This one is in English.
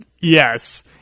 Yes